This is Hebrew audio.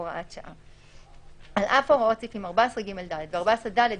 הוראת שעה 18.על אף הוראות סעיפים 14ג(ד) ו־14ד(ב)